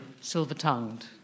silver-tongued